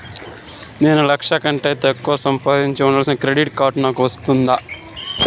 నేను లక్ష కంటే తక్కువ సంపాదిస్తా ఉండాను క్రెడిట్ కార్డు నాకు వస్తాదా